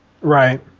Right